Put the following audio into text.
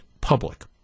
public